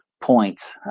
points